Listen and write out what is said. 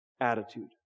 attitude